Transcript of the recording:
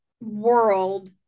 world